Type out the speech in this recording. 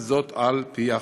על-פי החוק.